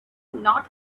not